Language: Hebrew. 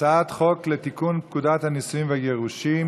הצעת חוק לתיקון פקודת הנישואין והגירושין